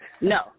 no